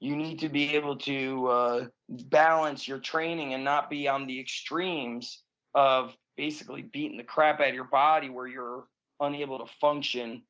you need to be able to balance your training and not be on the extremes of basically beating the crap out of your body where you're unable to function